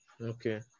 Okay